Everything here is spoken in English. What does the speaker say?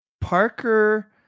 Parker